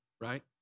right